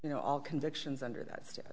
you know all convictions under that